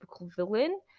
villain